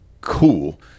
cool